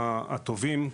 "הטובים",